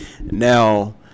Now